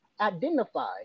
identify